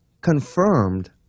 confirmed